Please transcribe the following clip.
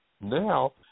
Now